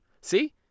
See